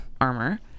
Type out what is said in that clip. armor